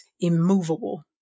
immovable